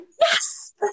Yes